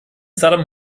saddam